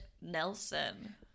Nelson